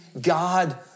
God